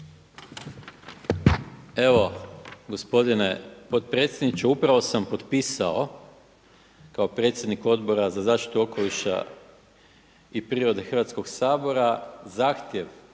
Evo gospodine potpredsjedniče, upravo sam potpisao kao predsjednik Odbora za zaštitu okoliša i prirode Hrvatskoga sabora zahtjev